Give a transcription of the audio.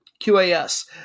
QAS